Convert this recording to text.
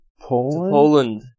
Poland